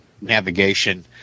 navigation